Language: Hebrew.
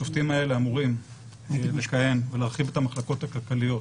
השופטים האלה אמורים לכהן ולהרחיב את המחלקות הכלכליות